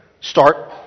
start